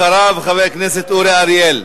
אחריו, חבר הכנסת אורי אריאל.